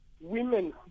women